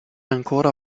ancora